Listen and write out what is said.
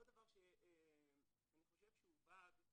עוד דבר שאני חושב שהוא באג,